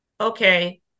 Okay